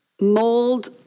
Mold